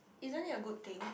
isn't it a good thing